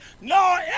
No